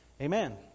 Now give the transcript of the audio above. Amen